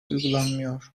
uygulanmıyor